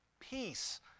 Peace